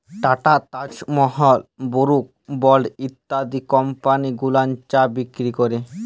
tata, Taj Mahal, Brooke Bond ইত্যাদি company গুলান চা বিক্রি ক্যরে